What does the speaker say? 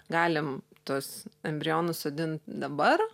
galim tuos embrionus sodint dabar